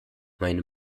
meine